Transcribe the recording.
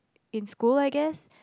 in school I guess